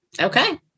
okay